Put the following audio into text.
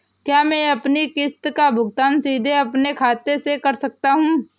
क्या मैं अपनी किश्त का भुगतान सीधे अपने खाते से कर सकता हूँ?